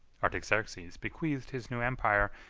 artaxerxes bequeathed his new empire,